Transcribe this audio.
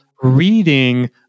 reading